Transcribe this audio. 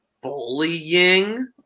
bullying